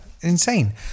Insane